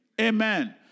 Amen